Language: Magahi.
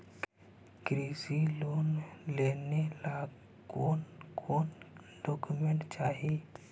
कृषि लोन लेने ला कोन कोन डोकोमेंट चाही?